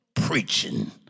Preaching